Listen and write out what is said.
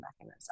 mechanism